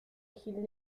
gil